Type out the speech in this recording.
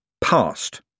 past